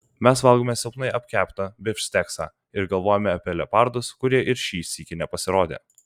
mes valgome silpnai apkeptą bifšteksą ir galvojame apie leopardus kurie ir šį sykį nepasirodė